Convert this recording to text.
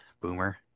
boomer